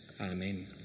Amen